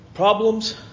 Problems